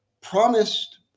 promised